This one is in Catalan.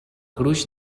gruix